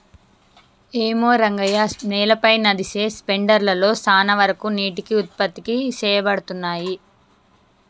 ఏమో రంగయ్య నేలపై నదిసె స్పెండర్ లలో సాన వరకు నీటికి ఉత్పత్తి సేయబడతున్నయి